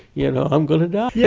you know i'm going to die! yeah